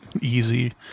easy